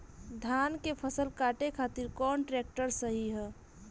धान के फसल काटे खातिर कौन ट्रैक्टर सही ह?